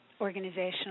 organizational